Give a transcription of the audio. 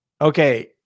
okay